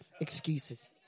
excuses